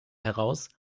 heraus